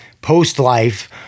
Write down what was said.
post-life